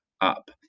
up